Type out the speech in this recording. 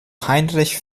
heinrich